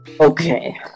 Okay